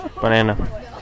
Banana